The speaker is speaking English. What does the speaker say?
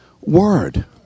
Word